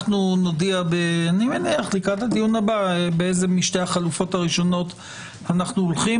נודיע לקראת הדיון הבא באיזה משתי החלופות הראשונות אנחנו הולכים.